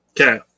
Okay